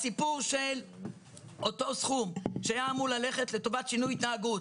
הסיפור של הסכום שהיה אמור ללכת לטובת שינוי התנהגות